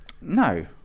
no